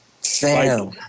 Sam